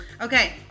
Okay